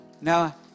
now